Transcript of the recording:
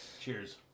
Cheers